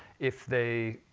if they